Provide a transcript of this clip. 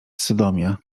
sodomia